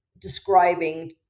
describing